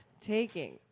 taking